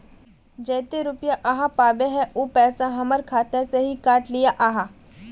जयते रुपया आहाँ पाबे है उ पैसा हमर खाता से हि काट लिये आहाँ?